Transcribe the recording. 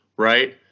right